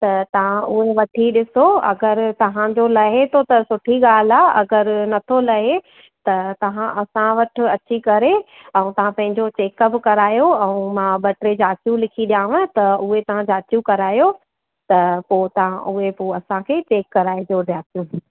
त तव्हां उहा वठी ॾिसो अगरि तव्हां जो लहे थो त सुठी ॻाल्हि आहे अगरि नथो लहे त तव्हां असां वठ अची करे ऐं तव्हां पंहिंजो चेकअप करायो ऐं मां ॿ टे जाचूं लिखी ॾियांव त उहे तव्हां जाचूं करायो त पोइ तव्हां उहे पोइ असांखे चैक कराए जो